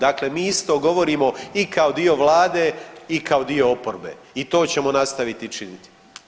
Dakle, mi isto govorimo i kao dio vlade i kao dio oporbe i to ćemo nastaviti činiti.